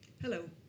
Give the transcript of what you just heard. Hello